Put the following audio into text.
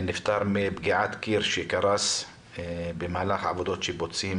נפטר מפגיעת קיר שקרס במהלך עבודות שיפוצים